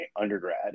undergrad